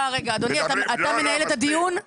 אדוני, אתה מנהל את הדיון?